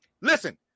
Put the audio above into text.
Listen